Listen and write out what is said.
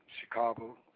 Chicago